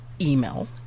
email